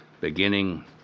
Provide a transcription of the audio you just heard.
beginning